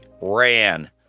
ran